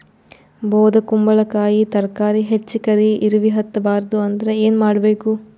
ಬೊದಕುಂಬಲಕಾಯಿ ತರಕಾರಿ ಹೆಚ್ಚ ಕರಿ ಇರವಿಹತ ಬಾರದು ಅಂದರ ಏನ ಮಾಡಬೇಕು?